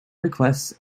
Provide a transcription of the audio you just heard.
requests